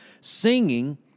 singing